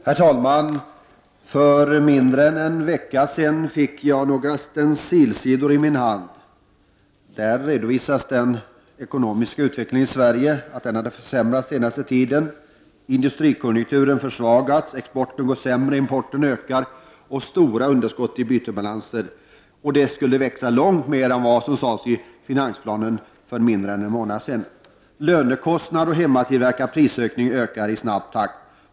Herr talman! För mindre än en vecka sedan fick jag några stencilsidor i min hand. Där redovisades att den ekonomiska utvecklingen i Sverige har försämrats den senaste tiden. Industrikonjunkturen har försvagats, exporten går sämre, importen ökar och det stora underskottet i bytesbalansen växer långt mer än vad som sades i finansplanen för mindre än en månad sedan. Lönekostnader och hemmatillverkad prisökning stiger i snabb takt.